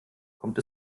kommt